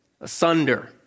asunder